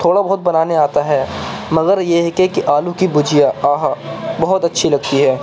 تھوڑا بہت بنانے آتا ہے مگر یہ ہے کہ کہ آلو کی بھجیا آہا بہت اچھی لگتی ہے